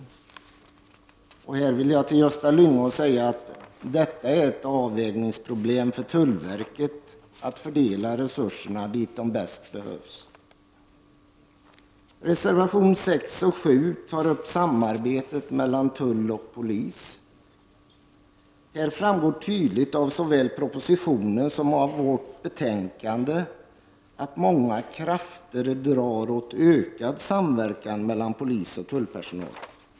I denna fråga vill jag till Gösta Lyngå säga att det är ett avvägningsproblem för tullverket att fördela resurser dit de bäst behövs. Reservation nr 6 och 7 tar upp samarbete mellan tull och polis. På denna punkt framgår tydligt av såväl propositionen som vårt betänkande att många krafter arbetar för ökad samverkan mellan polis och tullpersonal.